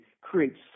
creates